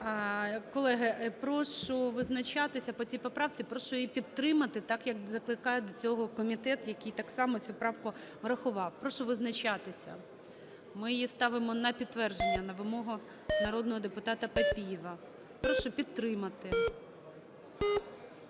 Колеги, прошу визначатися по цій поправці. Прошу її підтримати так, як закликає до цього комітет, який так само цю правку врахував. Прошу визначатися. Ми її ставимо на підтвердження на вимогу народного депутата Папієва. Прошу підтримати.